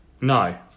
No